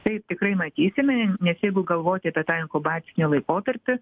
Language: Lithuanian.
taip tikrai matysime nes jeigu galvoti apie tą inkubacinį laikotarpį